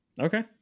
Okay